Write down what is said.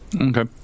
Okay